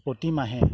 প্ৰতিমাহে